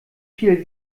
viel